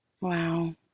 Wow